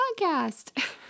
podcast